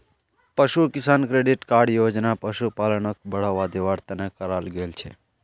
पशु किसान credit card योजना पशुपालनक बढ़ावा दिवार तने कराल गेल छे